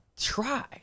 try